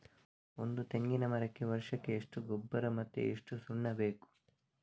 ಒಂದು ತೆಂಗಿನ ಮರಕ್ಕೆ ವರ್ಷಕ್ಕೆ ಎಷ್ಟು ಗೊಬ್ಬರ ಮತ್ತೆ ಎಷ್ಟು ಸುಣ್ಣ ಬೇಕು?